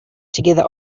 together